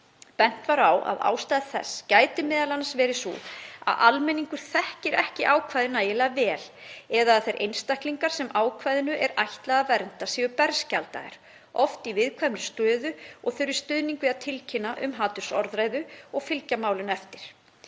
Bent var á að ástæða þess gæti m.a. verið sú að almenningur þekkir ekki ákvæðið nægilega vel eða að þeir einstaklingar sem ákvæðinu er ætlað að vernda séu berskjaldaðir, oft í viðkvæmri stöðu og þurfa stuðning við að tilkynna um hatursorðræðu og fylgja málinu eftir.